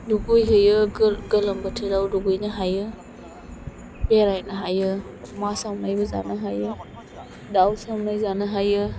दुगैहैयो गोलोमबोथोराव दुगैनो हायो बेरायनो हायो अमा सावनायबो जानो हायो दाउ साउनाय जानो हायो